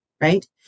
right